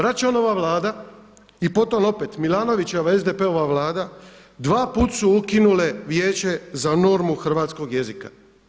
Račanova Vlada i potom opet Milanovićeva i SDP-ova Vlada dva puta su ukinule vijeće za normu hrvatskog jezika.